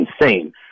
insane –